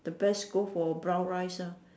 the best go for brown rice ah